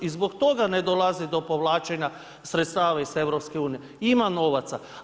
I zbog toga ne dolazi do povlačenja sredstava iz Europske unije, ima novaca.